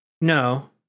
no